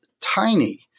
tiny